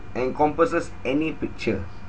encompasses any picture